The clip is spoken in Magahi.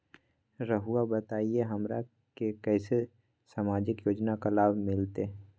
रहुआ बताइए हमरा के कैसे सामाजिक योजना का लाभ मिलते?